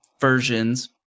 versions